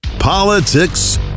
politics